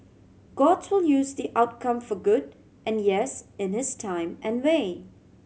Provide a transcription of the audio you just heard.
god to use the outcome for good and yes in his time and way